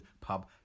pub